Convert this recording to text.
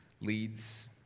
leads